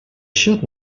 счет